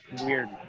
weird